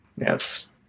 Yes